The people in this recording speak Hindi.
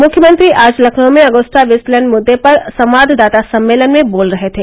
मुख्यमंत्री आज लखनऊ में अगुस्ता वेस्टलैण्ड मुद्दे पर संवाददाता सम्मेलन में बोल रहे थे